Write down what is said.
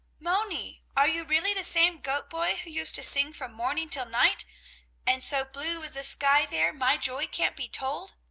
moni! are you really the same goat-boy who used to sing from morning till night and so blue is the sky there my joy can't be told'?